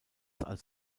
als